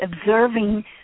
observing